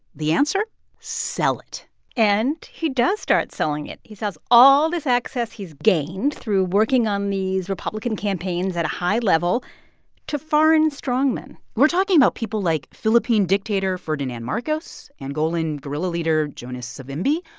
the answer sell it and he does start selling it. he sells all this access he's gained through working on these republican campaigns at a high level to foreign strongmen we're talking about people like philippine dictator ferdinand marcos, angolan guerrilla leader jonas savimbi,